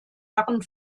herren